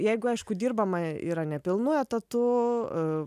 jeigu aišku dirbama yra ne pilnu etatu